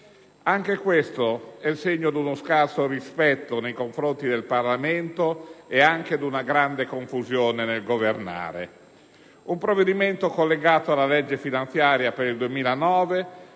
anche questo è il segno di uno scarso rispetto nei confronti del Parlamento e di una grande confusione nel governare. Il provvedimento, collegato alla legge finanziaria per il 2009,